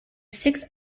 six